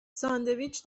ساندویچ